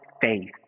faith